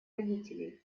родителей